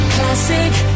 Classic